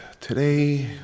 today